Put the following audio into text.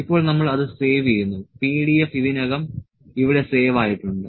ഇപ്പോൾ നമ്മൾ അത് സേവ് ചെയ്യുന്നു PDF ഇതിനകം ഇവിടെ സേവ് ആയിട്ടുണ്ട്